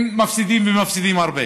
הם מפסידים, ומפסידים הרבה.